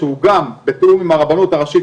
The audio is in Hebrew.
שהוא גם בתיאום עם הרבנות הראשית,